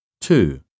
Two